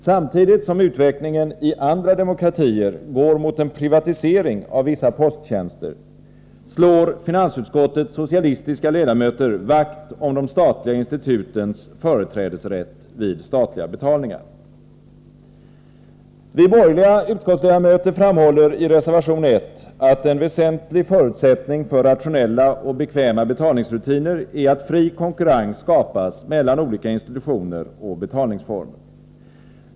Samtidigt som utvecklingen i andra demokratier går mot en privatisering av vissa posttjänster, slår finansutskottets socialistiska ledamöter vakt om de statliga institutens företrädesrätt vid statliga betalningar. | Vi borgerliga utskottsledamöter framhåller i reservation 1 att en väsentlig förutsättning för rationella och bekväma betalningsrutiner är att fri konkurrens skapas mellan olika institutioner och betalningsformer.